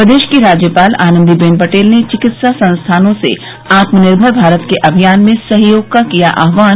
प्रदेश की राज्यपाल आनंदीबेन पटेल ने चिकित्सा संस्थानों से आत्मनिर्मर भारत के अभियान में सहयोग का किया आह्वान